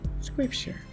scripture